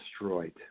destroyed